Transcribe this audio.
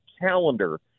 calendar